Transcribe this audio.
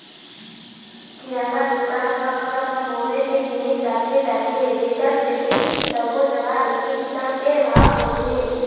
किराना दुकान म घर म बउरे के जिनिस राखे जाथे जेखर सेती सब्बो जघा एके किसम के भाव होथे